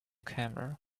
camera